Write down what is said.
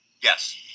Yes